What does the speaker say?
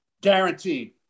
guaranteed –